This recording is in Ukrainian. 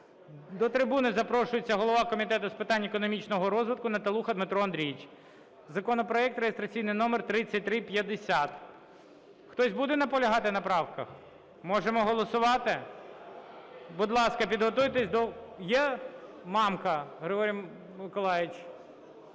До трибуни запрошується голова Комітету з питань економічного розвитку Наталуха Дмитро Андрійович. Законопроект, реєстраційний номер 3350). Хтось буде наполягати на правках? Можемо голосувати? Будь ласка, підготуйтесь до… Є Мамка Григорій Миколайович?